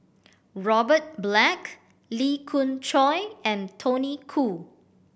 Robert Black Lee Khoon Choy and Tony Khoo